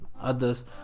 others